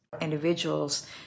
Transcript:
Individuals